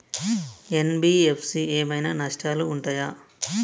NBFC ఏమైనా నష్టాలు ఉంటయా?